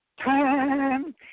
Time